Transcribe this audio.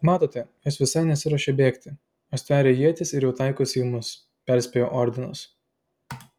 matote jos visai nesiruošia bėgti o stveria ietis ir jau taikosi į mus perspėjo ordinas